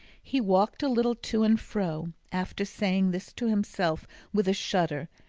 he walked a little to and fro after saying this to himself with a shudder,